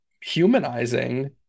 humanizing